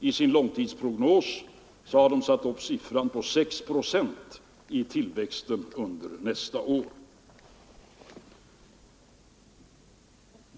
I sin långtidsprognos har man där satt tillväxtsiffran till 6 procent under nästa år.